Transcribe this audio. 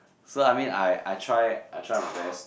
so I mean I I try I try my best